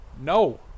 no